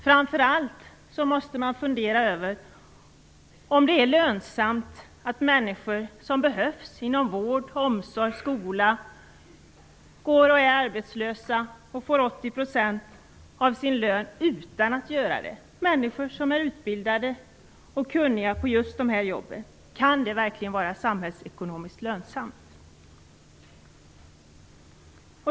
Framför allt måste man fundera över om det är lönsamt att människor som behövs inom vård, omsorg och skola går arbetslösa med 80 % av sin lön, människor som är utbildade för och kunniga på sitt arbetsområde. Kan det vara samhällsekonomiskt lönsamt?